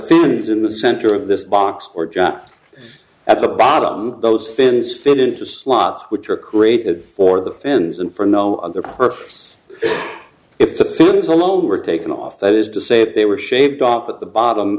fans in the center of this box or jot at the bottom those fins fit into slots which are created for the fans and for no other purpose if the fans alone were taken off that is to say if they were shaved off at the bottom